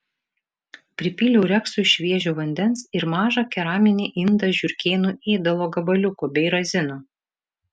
pripyliau reksui šviežio vandens ir mažą keraminį indą žiurkėnų ėdalo gabaliukų bei razinų